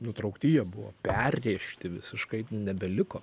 nutraukti jie buvo perrėžti visiškai nebeliko